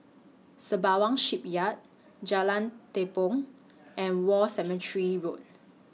Sembawang Shipyard Jalan Tepong and War Cemetery Road